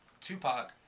Tupac